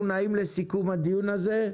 אנחנו נעים לסיכום הדיון הזה,